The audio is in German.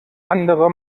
andere